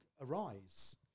arise